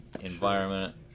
environment